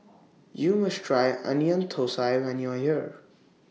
YOU must Try Onion Thosai when YOU Are here